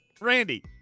Randy